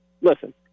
listen